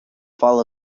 fall